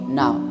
now